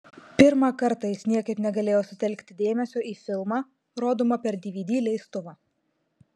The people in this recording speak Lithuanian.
pirmą kartą jis niekaip negalėjo sutelkti dėmesio į filmą rodomą per dvd leistuvą